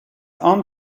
aunt